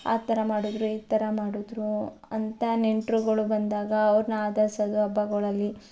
ಆ ಥರ ಮಾಡಿದ್ರು ಈ ಥರ ಮಾಡಿದ್ರು ಅಂತ ನೆಂಟರುಗಳು ಬಂದಾಗ ಅವ್ರನ್ನ ಆದರಿಸೋದು ಹಬ್ಬಗಳಲ್ಲಿ